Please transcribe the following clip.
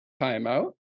timeout